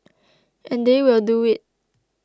and they will do it